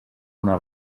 una